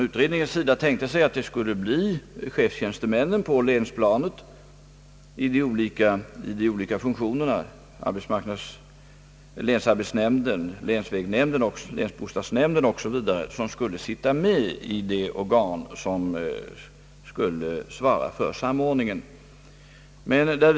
Utredningen tänkte sig att chefstjänstemännen på länsplanet i de olika funktionerna — <länsarbetsnämnden, länsvägnämnden, länsbostadsnämnden o.s.v. — skulle sitta med i de organ som skulle svara för samordningen.